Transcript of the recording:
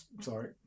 sorry